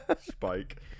Spike